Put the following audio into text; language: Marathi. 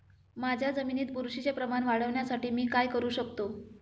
माझ्या जमिनीत बुरशीचे प्रमाण वाढवण्यासाठी मी काय करू शकतो?